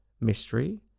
Mystery